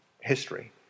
history